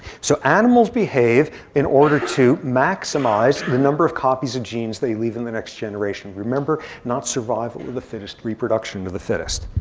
so animals behave in order to maximize the number of copies of genes they leave in the next generation. remember, not survival of the fittest, reproduction of the fittest.